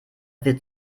wird